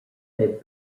that